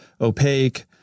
opaque